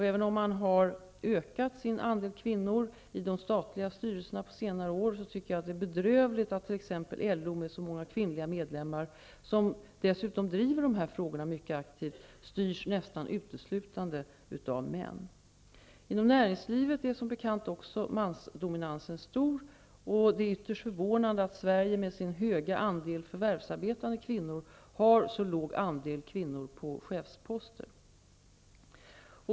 Även om man har ökat sin andel kvinnor i de statliga styrelserna på senare år, tycker jag att det är bedrövligt att t.ex. LO med så många kvinnliga medlemmar, som dessutom driver dessa frågar mycket aktivt, styrs nästan uteslutande av män. Också inom näringslivet är som bekant mansdominansen stor. Det är ytterst förvånande att Sverige, med sin höga andel förvärvsarbetande kvinnor, har så låg andel kvinnor på chefsposter.